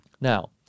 Now